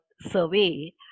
survey